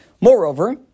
Moreover